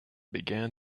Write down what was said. began